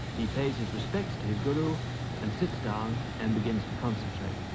he pays his respects to his guru and sits down and begins to concentrate.